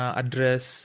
address